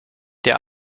der